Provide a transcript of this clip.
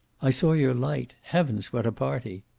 i saw your light. heavens, what a party!